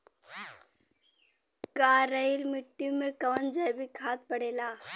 करइल मिट्टी में कवन जैविक खाद पड़ेला?